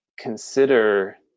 consider